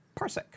Parsec